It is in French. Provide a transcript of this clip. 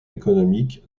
économique